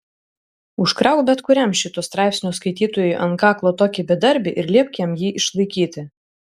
užkrauk bet kuriam šito straipsnio skaitytojui ant kaklo tokį bedarbį ir liepk jam jį išlaikyti